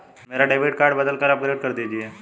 मेरा debit card बदलकर upgrade कर दीजिए